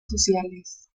sociales